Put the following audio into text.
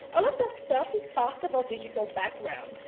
all of that stuff is part of our digital background.